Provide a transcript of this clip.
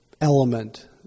element